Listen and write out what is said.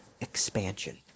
expansion